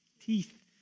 Teeth